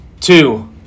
Two